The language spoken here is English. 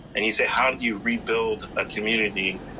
and you say, how do you rebuild a community?